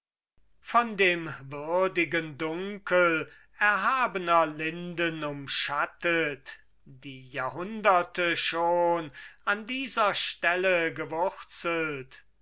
von dem würdigen dunkel erhabener linden umschattet die jahrhunderte schon an dieser stelle gewurzelt